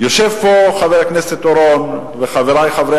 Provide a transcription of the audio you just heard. יושבים פה חבר הכנסת אורון וחברי חברי